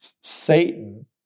Satan